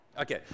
Okay